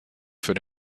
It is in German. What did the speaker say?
für